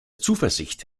zuversicht